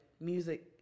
music